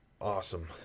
awesome